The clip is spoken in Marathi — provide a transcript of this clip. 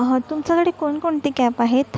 हो तुमच्याकडे कोणकोणते कॅब आहेत